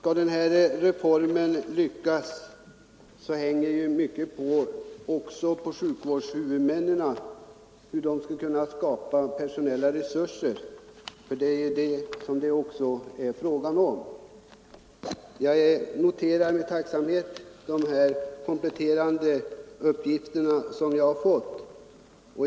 Herr talman! Det hänger också mycket på sjukvårdshuvudmännen och deras möjligheter att skapa personella resurser om denna reform skall lyckas. Jag noterar med tacksamhet de kompletterande uppgifter jag fått.